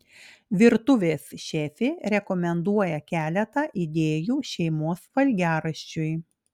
virtuvės šefė rekomenduoja keletą idėjų šeimos valgiaraščiui